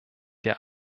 der